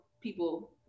people